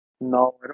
No